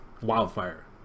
wildfire